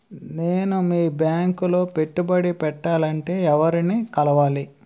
నేను మీ బ్యాంక్ లో పెట్టుబడి పెట్టాలంటే ఎవరిని కలవాలి?